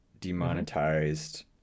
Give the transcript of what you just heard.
demonetized